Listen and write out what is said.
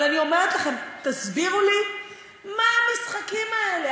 אבל אני אומרת לכם, תסבירו לי מה המשחקים האלה.